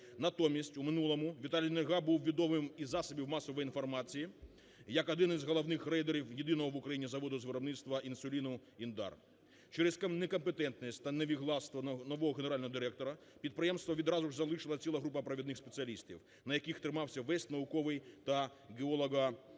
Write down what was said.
Натомість у минулому Віталій Нельга був відомим із засобів масової інформації як один з головних рейдерів єдиного в Україні заводу з виробництва інсуліну "Індар". Через некомпетентність та невігластво нового генерального директора, підприємство відразу залишила ціла група провідних спеціалістів, на яких тримався весь науковий та геологорозвідувальний